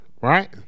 Right